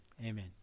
amen